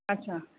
अच्छा